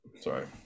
Sorry